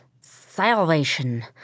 salvation